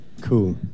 Cool